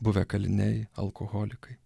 buvę kaliniai alkoholikai